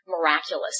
miraculous